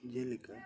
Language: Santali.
ᱡᱮᱞᱮᱠᱟ